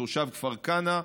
תושב כפר כנא,